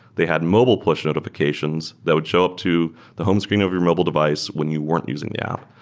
they had mobile push notifications that would show up to the home screen of your mobile device when you weren't using the app,